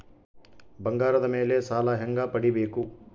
ಬಂಗಾರದ ಮೇಲೆ ಸಾಲ ಹೆಂಗ ಪಡಿಬೇಕು?